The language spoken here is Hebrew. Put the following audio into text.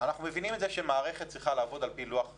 אנחנו מבינים שהמערכת צריכה לעבוד לפי לוח שנתי,